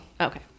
Okay